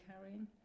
carrying